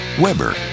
Weber